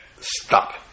stop